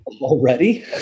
Already